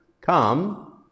Come